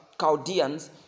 Chaldeans